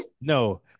No